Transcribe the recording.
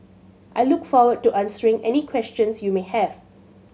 I look forward to answering any questions you may have